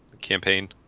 campaign